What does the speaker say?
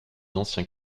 anciens